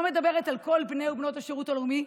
אני לא מדברת על כל בני ובנות השירות הלאומי,